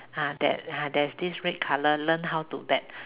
ha there ha there's this red color learn how to bet